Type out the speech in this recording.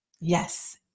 Yes